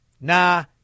nah